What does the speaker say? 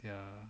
ya